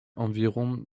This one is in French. environ